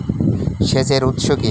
সেচের উৎস কি?